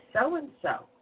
so-and-so